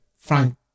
Frank